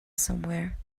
somewhere